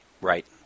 Right